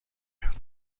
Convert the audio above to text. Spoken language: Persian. کرد